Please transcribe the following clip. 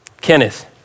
Kenneth